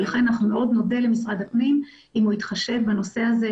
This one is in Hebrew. ולכן אנחנו מאוד נודה למשרד הפנים אם הוא יתחשב בנושא הזה